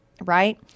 right